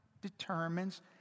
Determines